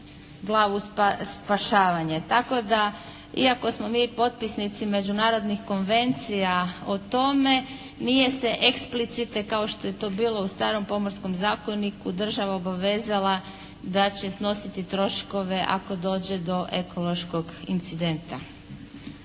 glavu spašavanje. Tako da iako smo mi potpisnici međunarodnih konvencija o tome nije se eksplicite kao što je to bilo u starom Pomorskom zakoniku država obavezala da će snositi troškove ako dođe do ekološkog incidenta.